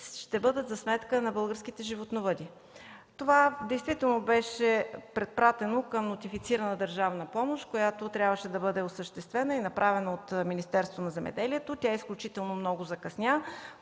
ще бъдат за сметка на българските животновъди. Това действително беше препратено към нотифицирана държавна помощ, която трябваше да бъде осъществена и направена от Министерството на земеделието и храните. Тя изключително много закъсня.